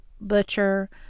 butcher